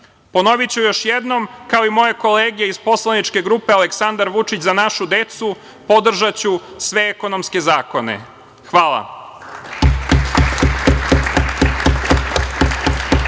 mesta. Ponoviću još jednom, kao i moje kolege iz poslaničke grupe Aleksandar Vučić – Za našu decu, podržaću sve ekonomske zakone. Hvala.